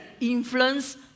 influence